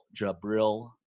jabril